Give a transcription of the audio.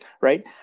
right